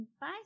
Bye